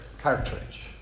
Cartridge